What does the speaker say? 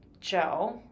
Joe